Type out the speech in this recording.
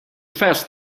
first